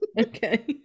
okay